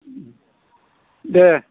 दे